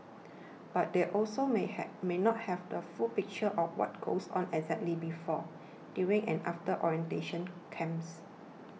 but they also may have may not have the full picture of what goes on exactly before during and after orientation camps